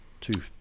two